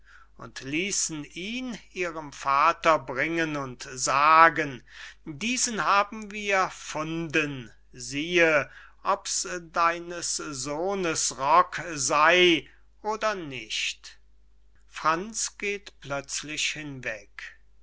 und liessen ihn ihrem vater bringen und sagen diesen haben wir funden siehe ob's deines sohnes rock sey oder nicht